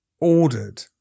ordered